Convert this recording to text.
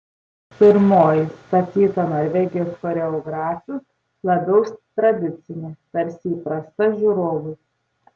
pirmoji statyta norvegijos choreografių labiau tradicinė tarsi įprasta žiūrovui